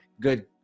good